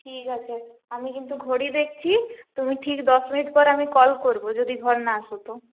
ঠিক আছে আমি কিন্তু ঘড়ি দেখছি তুমি ঠিক দশ মিনিট পর আমি কল করবো যদি ঘর না আসো তো